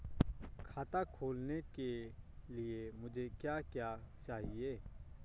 खाता खोलने के लिए मुझे क्या क्या चाहिए?